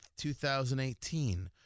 2018